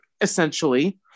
Essentially